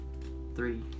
Three